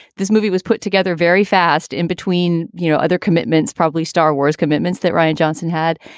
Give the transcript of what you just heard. this movie was put together very fast in between, you know, other commitments, probably star wars commitments that ryan johnson had.